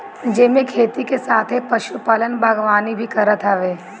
जेमे खेती के साथे पशुपालन, बागवानी भी करत हवे